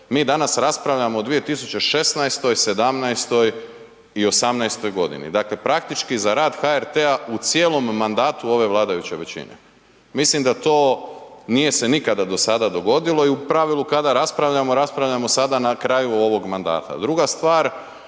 mi danas raspravljamo o 2016., '17. i '18. godini. Dakle, praktički za rad HRT u cijelom mandatu ove vladajuće većine. Mislim da to nije se nikada do sada dogodilo i u pravilu kada raspravljamo, raspravljamo sada na kraju ovog mandata. Druga stvar